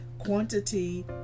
Quantity